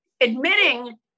admitting